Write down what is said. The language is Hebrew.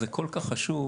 הוועדה הזאת כל כך חשובה,